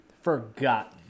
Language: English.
forgotten